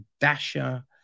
Dasha